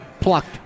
plucked